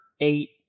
eight